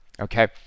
Okay